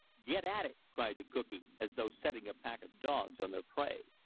get at it! cried the cookee, as though setting a pack of dogs on their prey.